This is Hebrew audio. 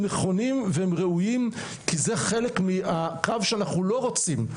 הם נכונים והם ראויים כי זה חלק מהקו שאנחנו לא רוצים,